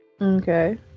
Okay